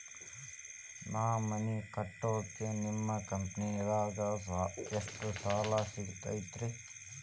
ನಾ ಮನಿ ಕಟ್ಟಾಕ ನಿಮ್ಮ ಕಂಪನಿದಾಗ ಎಷ್ಟ ಸಾಲ ಸಿಗತೈತ್ರಿ?